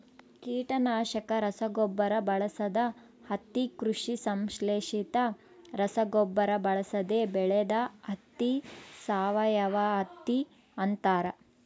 ಕೀಟನಾಶಕ ರಸಗೊಬ್ಬರ ಬಳಸದ ಹತ್ತಿ ಕೃಷಿ ಸಂಶ್ಲೇಷಿತ ರಸಗೊಬ್ಬರ ಬಳಸದೆ ಬೆಳೆದ ಹತ್ತಿ ಸಾವಯವಹತ್ತಿ ಅಂತಾರ